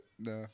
no